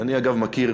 אני אגב מכיר,